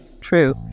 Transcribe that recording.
true